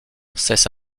cesse